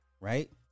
Right